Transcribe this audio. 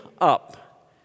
up